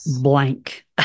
blank